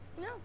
No